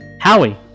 Howie